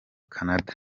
canada